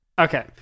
Okay